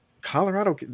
Colorado